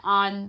on